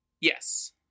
Yes